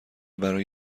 برای